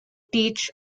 teach